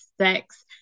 sex